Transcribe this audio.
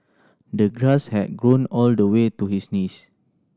the grass had grown all the way to his knees